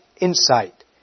insight